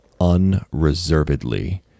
unreservedly